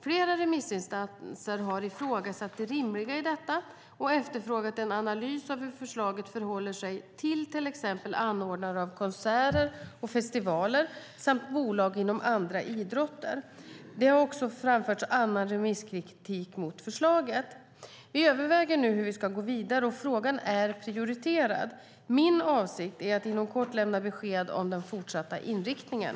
Flera remissinstanser har ifrågasatt det rimliga i detta och efterfrågat en analys av hur förslaget förhåller sig till exempelvis anordnare av konserter och festivaler samt bolag inom andra idrotter. Det har även framförts annan remisskritik mot förslaget. Vi överväger nu hur vi ska gå vidare, och frågan är prioriterad. Min avsikt är att inom kort lämna besked om den fortsatta inriktningen.